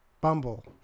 Bumble